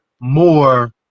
more